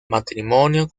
matrimonio